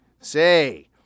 Say